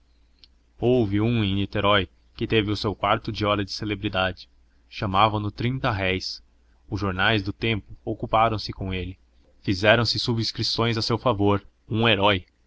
houve um em niterói que teve o seu quarto de hora de celebridade chamavam no trinta réis os jornais do tempo ocuparam se com ele fizeram-se subscrições a seu favor um herói